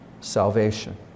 salvation